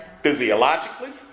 Physiologically